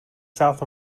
south